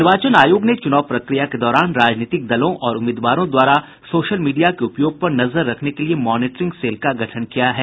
निर्वाचन आयोग ने चूनाव प्रक्रिया के दौरान राजनीतिक दलों और उम्मीदवारों द्वारा सोशल मीडिया के उपयोग पर नजर रखने के लिये मॉनिटरिंग सेल का गठन किया है